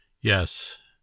Yes